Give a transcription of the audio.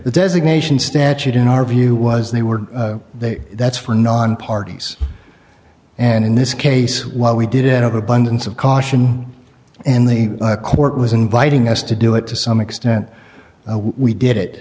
the designation statute in our view was they were there that's for non parties and in this case while we did it over abundance of caution and the court was inviting us to do it to some extent we did it